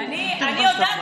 אני הודעתי.